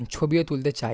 ছবিও তুলতে চায়